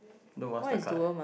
Duel-Master card